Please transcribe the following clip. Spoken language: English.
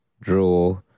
draw